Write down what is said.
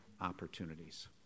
opportunities